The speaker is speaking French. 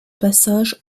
passage